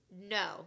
No